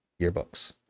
yearbooks